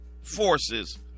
forces